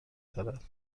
دارد